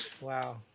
wow